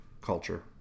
culture